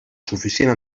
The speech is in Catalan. suficient